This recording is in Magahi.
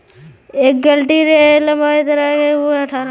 एलीगेटर के लंबाई तेरह से अठारह फीट तक होवऽ हइ